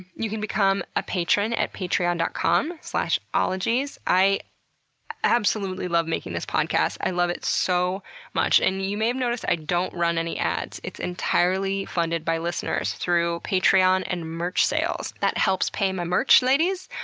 you can become a patron at patreon dot com slash ologies. i absolutely love making the podcast, i love it so much, and you may have noticed i don't run any ads. it's entirely funded by listeners through patreon and merch sales. that helps pay my merch ladies,